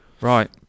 Right